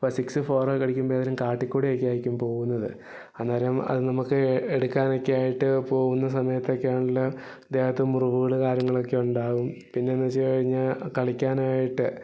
അപ്പം സിക്സ് ഫോറൊക്കെ അടിക്കുമ്പോൾ ഏതെങ്കിലും കാട്ടിൽ കൂടെയൊക്കെ ആയിരിക്കും പോകുന്നത് അന്നേരം അത് നമുക്ക് എടുക്കാനൊക്കെ ആയിട്ട് പോകുന്ന സമയത്തൊക്കെ ആണെങ്കിൽ ദേഹത്ത് മുറിവുകൾ കാര്യങ്ങളൊക്കെ ഉണ്ടാവും പിന്നെ എന്നു വച്ചു കഴിഞ്ഞാൽ കളിക്കാനായിട്ട്